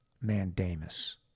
mandamus